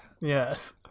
Yes